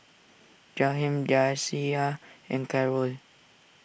Jaheem Deasia and Carroll